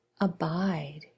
abide